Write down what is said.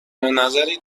نظری